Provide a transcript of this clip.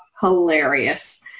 hilarious